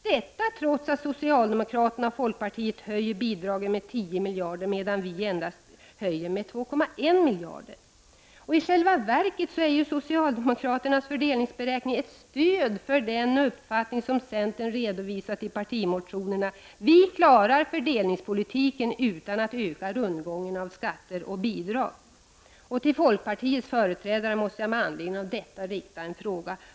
Detta sker trots att socialdemokraterna och folkpartiet höjer bidragen med 10 miljarder kronor, medan vi endast höjer med 2,1 miljarder kronor. I själva verket är ju socialdemokraternas fördelningsberäkning ett stöd för den uppfattning som centern har redovisat i partimotionerna: Vi klarar fördelningpolitiken utan att öka rundgången av skatter och bidrag. Till folkpartiets företrädare måste jag med anledning av detta rikta en fråga.